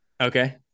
Okay